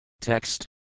Text